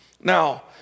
Now